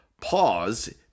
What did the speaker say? pause